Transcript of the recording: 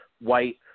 White